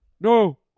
No